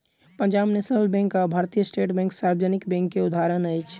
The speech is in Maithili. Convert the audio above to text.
पंजाब नेशनल बैंक आ भारतीय स्टेट बैंक सार्वजनिक बैंक के उदाहरण अछि